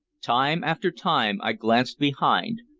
time after time i glanced behind,